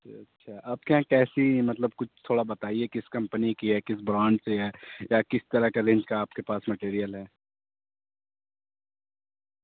اچھا آپ کے یہاں کیسی مطلب کچھ تھوڑا بتائیے کس کمپنی کی ہے کس برانڈ سے ہے یا کس طرح کا رینج کا آپ کے پاس مٹیریل ہے